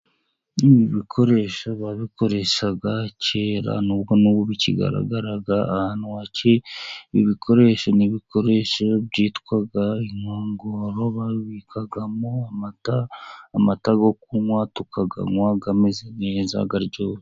Ibi bikoresho babikoreshaga kera n'ubwo n'ubu bikigaragara ahantu hanshi. Ibi bikoresho ni ibikoresho byitwa inkongoro babikamo amata. Amata yo kunywa tukayanywa ameze neza akaryoha.